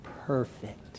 perfect